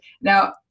Now